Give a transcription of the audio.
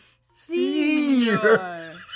Senior